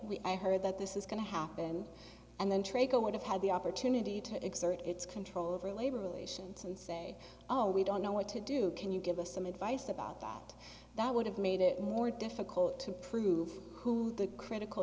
or that this is going to happen and then trigger would have had the opportunity to exert its control over labor relations and say oh we don't know what to do can you give us some advice about that that would have made it more difficult to prove who the critical